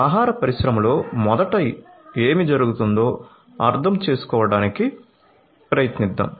ఆహార పరిశ్రమలో మొదట ఏమి జరుగుతుందో అర్థం చేసుకోవడానికి ప్రయత్నిద్దాం